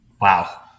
Wow